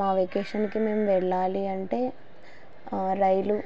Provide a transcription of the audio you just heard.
మా వెకేషన్కి మేము వెళ్ళాలి అంటే రైలు